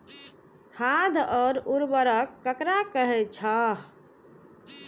खाद और उर्वरक ककरा कहे छः?